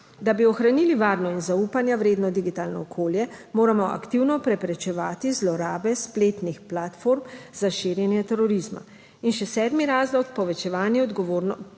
Da bi ohranili varno in zaupanja vredno digitalno okolje, moramo aktivno preprečevati zlorabe spletnih platform za širjenje terorizma. In še sedmi razlog, povečevanje odgovornosti